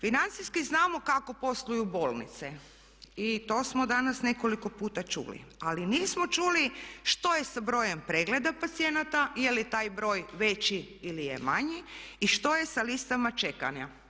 Financijski znamo kako posluju bolnice i to smo danas nekoliko puta čuli, ali nismo čuli što je s brojem pregleda pacijenata, je li taj broj veći ili manji i što je sa listama čekanja.